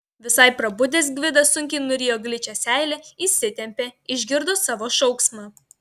visai prabudęs gvidas sunkiai nurijo gličią seilę įsitempė išgirdo savo šauksmą